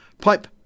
pipe